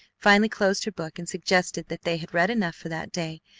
finally closed her book and suggested that they had read enough for that day,